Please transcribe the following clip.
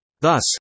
Thus